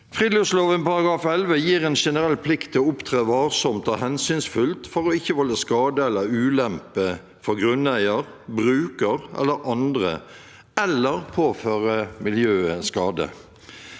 Friluftsloven § 11 gir en generell plikt til å opptre varsomt og hensynsfullt for ikke å volde skade eller ulempe for grunneier, bruker eller andre, eller påføre miljøet skade.